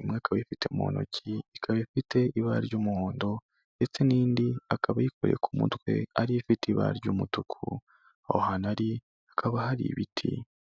imwe akaba ayifite mu ntoki ikaba ifite ibara ry'umuhondo, ndetse n'indi akaba ayikoreye ku mutwe ariyo ifite ibara ry'umutuku, aho hantu ari hari ibiti.